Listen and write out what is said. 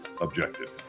objective